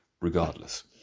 regardless